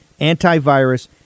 antivirus